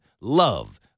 love